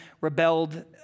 rebelled